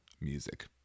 music